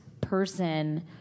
person